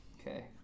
Okay